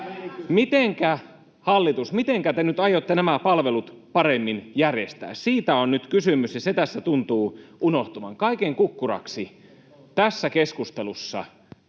Mitenkä, hallitus, te nyt aiotte nämä palvelut paremmin järjestää? Siitä on nyt kysymys, ja se tässä tuntuu unohtuvan. Kaiken kukkuraksi tässä keskustelussa